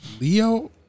Leo